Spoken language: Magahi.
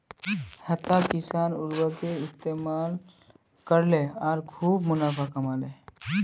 हताश किसान उर्वरकेर इस्तमाल करले आर खूब मुनाफ़ा कमा ले